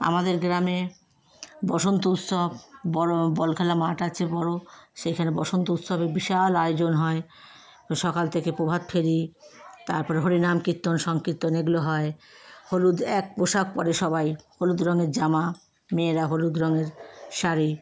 আমাদের গ্রামের বসন্ত উৎসব বড়ো বল খেলা মাঠ আছে বড়ো সেখানে বসন্ত উৎসবে বিশাল আয়োজন হয় সকাল থেকে প্রভাত ফেরি তারপরে হরিনাম কীর্তন সংকীর্তন এগুলো হয় হলুদ এক পোশাক পরে সবাই হলুদ রঙের জামা মেয়েরা হলুদ রঙের শাড়ি